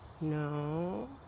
no